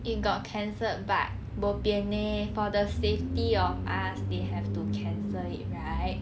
it got cancelled but bo pian leh for the safety of us they have to cancel it right